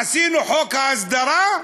עשינו חוק ההסדרה,